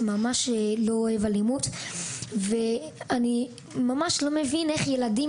אני ממש לא אוהב אלימות ואני ממש לא מבין איך ילדים